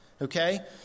okay